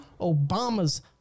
Obama's